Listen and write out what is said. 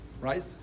right